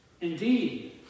Indeed